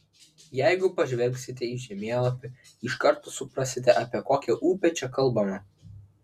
jeigu pažvelgsite į žemėlapį iš karto suprasite apie kokią upę čia kalbama